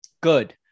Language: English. Good